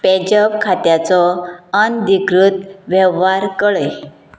PayZapp खात्याचो अनधिकृत वेव्हार कळय